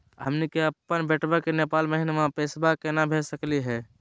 हमनी के अपन बेटवा क नेपाल महिना पैसवा केना भेज सकली हे?